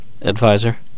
advisor